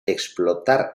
explotar